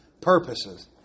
purposes